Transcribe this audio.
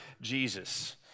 Jesus